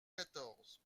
quatorze